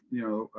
you know,